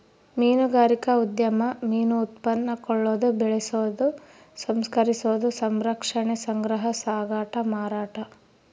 ಮೀನುಗಾರಿಕಾ ಉದ್ಯಮ ಮೀನು ಉತ್ಪನ್ನ ಕೊಳ್ಳೋದು ಬೆಕೆಸೋದು ಸಂಸ್ಕರಿಸೋದು ಸಂರಕ್ಷಣೆ ಸಂಗ್ರಹ ಸಾಗಾಟ ಮಾರಾಟ